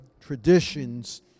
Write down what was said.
traditions